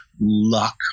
luck